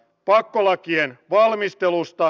arvoisa puhemies